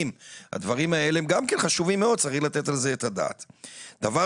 צריך לעשות דיון